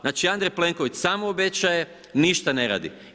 Znači Andrej Plenković samo obećaje, ništa ne radi.